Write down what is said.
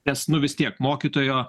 nes nu vis tiek mokytojo